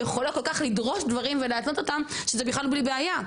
היא יכולה לדרוש דברים ולהתנות אותם בכלל בלי בעיה.